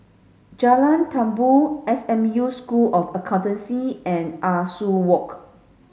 Jalan Tumpu S M U School of Accountancy and Ah Soo Walk